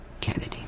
Kennedy